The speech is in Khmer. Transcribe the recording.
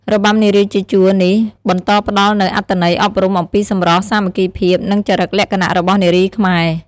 របាំនារីជាជួរនេះបន្តផ្តល់នូវអត្ថន័យអប់រំអំពីសម្រស់ សាមគ្គីភាព និងចរិតលក្ខណៈរបស់នារីខ្មែរ។